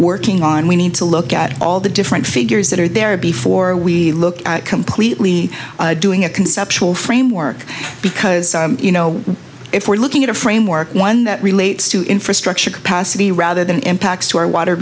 working on we need to look at all the different figures that are there before we look at completely doing a conceptual framework because you know if we're looking at a framework one that relates to infrastructure capacity rather than impacts to our water